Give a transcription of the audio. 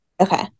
Okay